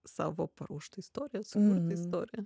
savo paruoštą istoriją sukurti istoriją